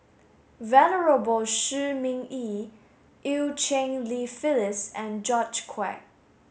Venerable Shi Ming Yi Eu Cheng Li Phyllis and George Quek